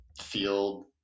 field